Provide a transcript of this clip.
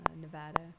Nevada